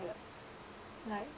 like